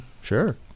sure